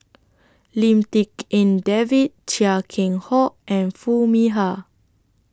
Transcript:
Lim Tik En David Chia Keng Hock and Foo Mee Har